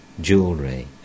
jewelry